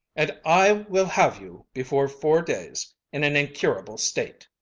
and i will have you before four days in an incurable state.